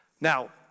Now